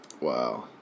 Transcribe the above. Wow